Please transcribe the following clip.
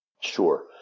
Sure